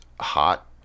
hot